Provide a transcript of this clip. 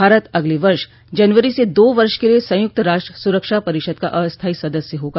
भारत अगले वर्ष जनवरी से दो वर्ष के लिए संयुक्त राष्ट्र सुरक्षा परिषद् का अस्थायी सदस्य होगा